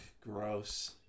gross